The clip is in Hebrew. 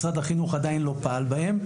משרד החינוך עדיין לא פעל בהם.